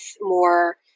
more